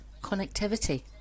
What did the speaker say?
connectivity